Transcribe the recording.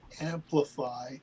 amplify